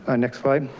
ah next slide.